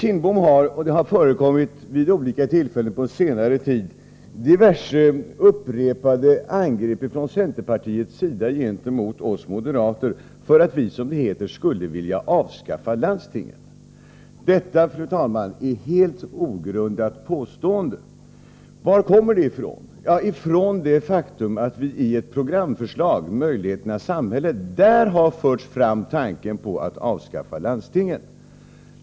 Fru talman! Vid olika tillfällen på senare tid har Bengt Kindbom gjort upprepade angrepp från centerns sida gentemot oss moderater för att vi, som det heter, skulle vilja avskaffa landstingen. Detta, fru talman, är ett helt ogrundat påstående. Var kommer det ifrån? Jo, ifrån det faktum att vi i ett programförslag, Möjligheternas samhälle, har fört fram tanken på att avskaffa landstingen.